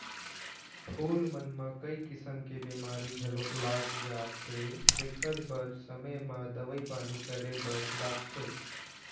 फूल मन म कइ किसम के बेमारी घलोक लाग जाथे जेखर बर समे म दवई पानी करे बर लागथे